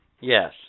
Yes